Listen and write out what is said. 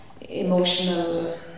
emotional